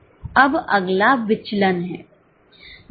अब अगला विचलन है